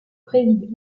préside